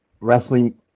wrestling